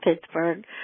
Pittsburgh